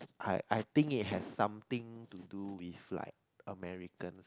I I think it has something to do with like Americans